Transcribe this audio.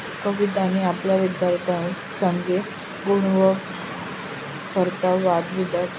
कवितानी आपला विद्यार्थ्यंसना संगे गुंतवणूकनी परतावावर वाद विवाद करा